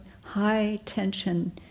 high-tension